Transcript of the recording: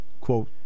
Quote